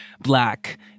Black